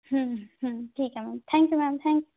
हं हं ठीक आहे ma'am thank you ma'am thank